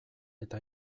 eta